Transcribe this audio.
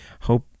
hope